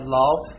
love